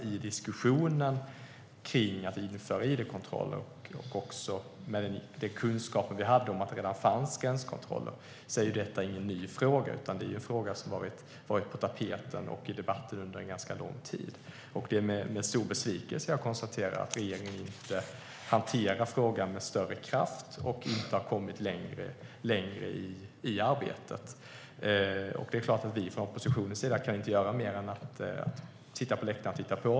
I diskussionen om att införa id-kontroller och med de kunskaper vi hade om att det redan fanns gränskontroller var detta ingen ny fråga. Det är en fråga som har varit på tapeten och uppe i debatten under ganska lång tid, och det är med stor besvikelse jag konstaterar att regeringen inte hanterar frågan med större kraft och inte har kommit längre i arbetet. Det är klart att vi från oppositionens sida inte kan göra mer än att sitta på läktaren och titta på.